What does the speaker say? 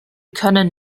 können